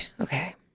Okay